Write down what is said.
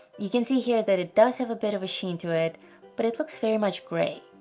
you can see here that it does have a bit of a sheen to it but it looks very much grey.